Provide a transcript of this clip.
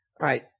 Right